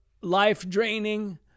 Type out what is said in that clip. life-draining